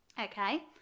Okay